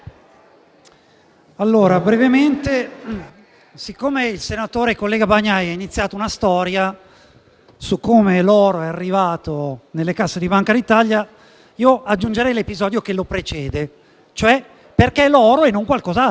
Signor Presidente, siccome il senatore collega Bagnai ha iniziato una storia su come l'oro sia arrivato nelle casse della Banca d'Italia, aggiungerei l'episodio che lo precede e cioè perché l'oro e non qualcos'altro.